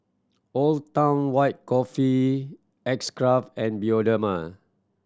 Old Town White Coffee X Craft and Bioderma